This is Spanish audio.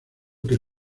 que